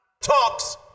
talks